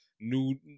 New